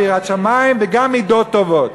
ויראת שמים וגם מידות טובות.